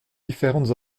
différentes